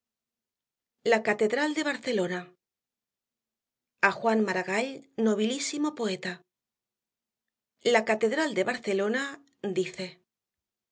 la catedral de barcelona a juan maragall nobilísimo poeta la catedral de barcelona dice